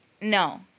No